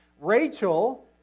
Rachel